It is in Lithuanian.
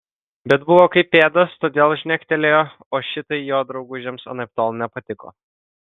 bet buvo kaip pėdas todėl žnektelėjo o šitai jo draugužiams anaiptol nepatiko